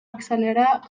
accelerar